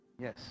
Yes